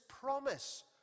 promise